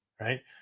right